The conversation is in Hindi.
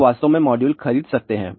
आप वास्तव में मॉड्यूल खरीद सकते हैं